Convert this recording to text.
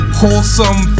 wholesome